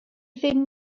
ddim